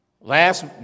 Last